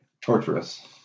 torturous